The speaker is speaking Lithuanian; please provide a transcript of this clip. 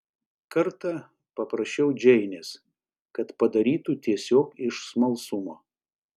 kartą paprašiau džeinės kad padarytų tiesiog iš smalsumo